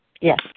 Yes